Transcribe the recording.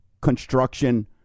construction